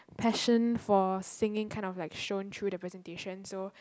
passion for singing kind of like shown through the presentation so